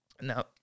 Now